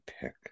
pick